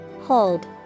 Hold